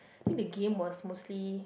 think the game was mostly